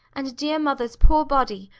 and dear mother's poor body,